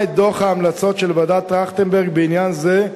את דוח ההמלצות של ועדת-טרכטנברג בעניין זה,